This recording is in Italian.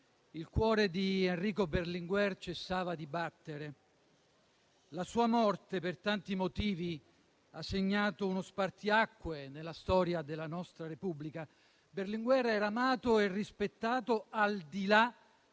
il cuore di Enrico Berlinguer cessava di battere. La sua morte, per tanti motivi, ha segnato uno spartiacque nella storia della nostra Repubblica. Berlinguer era amato e rispettato, al di là